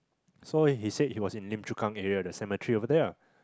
so he said he was in Lim Chu Kang area the cemetery over there lah